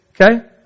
Okay